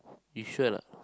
you sure or not